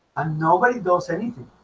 and nobody does anything